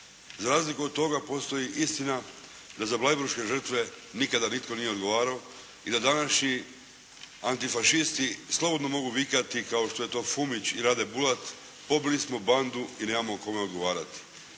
Za razliku od toga postoji istina da za bleiburške žrtve nikada nitko nije odgovarao i da današnji antifašisti slobodno mogu vikati kao što je to Fumić i Rade Bulat: “Pobili smo bandu i nemamo kome odgovarati!“